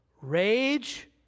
Rage